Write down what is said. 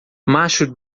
macho